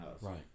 right